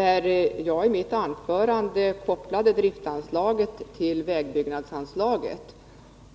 I mitt anförande kopplade jag driftanslaget till vägbyggnadsanslaget,